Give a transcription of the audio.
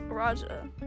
raja